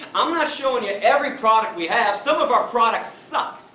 i'm not showing you every product we have, some of our products suck!